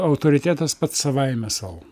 autoritetas pats savaime sau